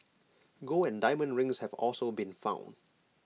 gold and diamond rings have also been found